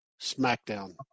Smackdown